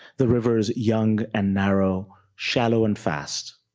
the rivers young and narrow, shallow and fast.